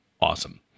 awesome